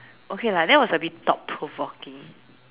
okay lah that was a bit thought provoking